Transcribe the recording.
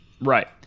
Right